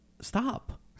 stop